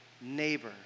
neighbor